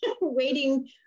waiting